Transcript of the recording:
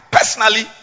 Personally